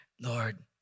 Lord